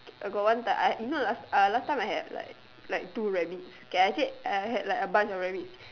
uh got one time uh you know last uh last time I have like like two rabbits okay actually I had like a bunch of rabbits